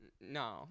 No